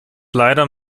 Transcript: leider